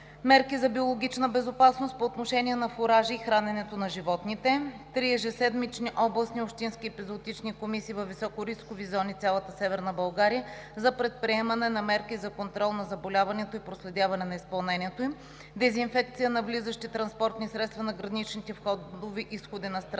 мерки за биологична безопасност по отношение на фуражи и храненето на животните; три ежеседмични областни и общински епизоотични комисии във високорискови зони – цяла Северна България, за предприемане на мерки за контрол на заболяванията и проследяване на изпълнението им; дезинфекция на влизащи транспортни средства на граничните входове и изходи на страната